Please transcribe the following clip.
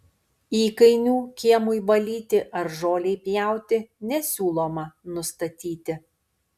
įkainių kiemui valyti ar žolei pjauti nesiūloma nustatyti